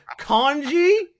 Kanji